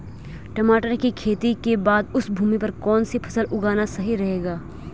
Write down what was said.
टमाटर की खेती के बाद उस भूमि पर कौन सी फसल उगाना सही रहेगा?